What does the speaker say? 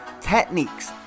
techniques